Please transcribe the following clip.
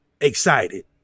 excited